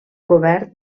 cobert